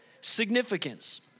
significance